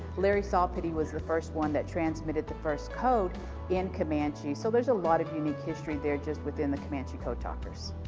larry saupitty was the first one that transmitted the first code in comanche. so, there's a lot of unique history there, just within the comanche code talkers.